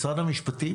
משרד המשפטים